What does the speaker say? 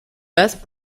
best